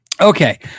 Okay